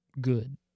good